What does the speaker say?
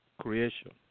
creation